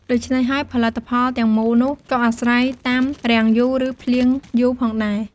ដូច្នេះហើយផលិតផលទាំងមូលនោះក៏អាស្រ័យតាមរាំងយូរ ឬភ្លៀងយូរផងដែរ។